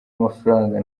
amafaranga